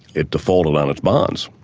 it defaulted on its bonds,